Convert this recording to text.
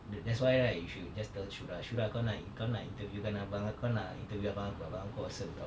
th~ that's why right you should just tell shura shura kau nak in~ kau nak interview kan abang kau nak interview abang aku abang aku awesome tahu